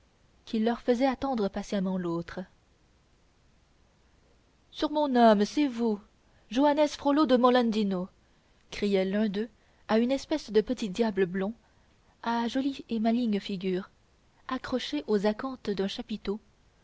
qui leur faisait attendre patiemment l'autre sur mon âme c'est vous joannes frollo de molendino criait l'un d'eux à une espèce de petit diable blond à jolie et maligne figure accroché aux acanthes d'un chapiteau